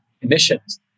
emissions